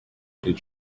did